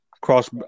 cross